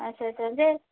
ଆଚ୍ଛା ଆଚ୍ଛା ଯେ